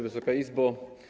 Wysoka Izbo!